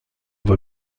voie